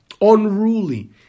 unruly